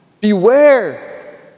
beware